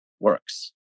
works